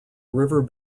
river